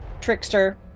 Trickster